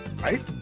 right